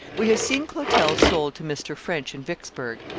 we have seen clotel sold to mr. french in vicksburgh,